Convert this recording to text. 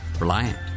Reliant